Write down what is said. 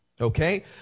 okay